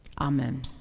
Amen